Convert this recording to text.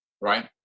right